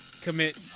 commit